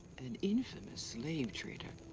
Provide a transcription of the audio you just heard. an infamous slave trader.